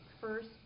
first